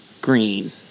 Green